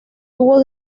tuvo